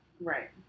Right